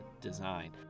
design